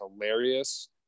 hilarious